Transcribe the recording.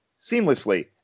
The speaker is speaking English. seamlessly